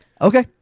Okay